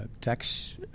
tax